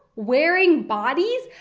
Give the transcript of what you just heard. wearing bodies!